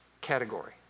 category